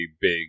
big